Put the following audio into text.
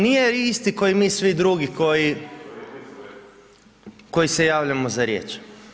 No nije isti kao i mi svi drugi koji se javljamo za riječ.